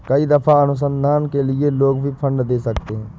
कई दफा अनुसंधान के लिए लोग भी फंडस दे सकते हैं